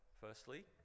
firstly